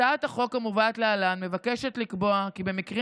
הצעת החוק המובאת להלן מבקשת לקבוע כי במקרים